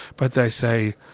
but they say,